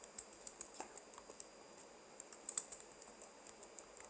yup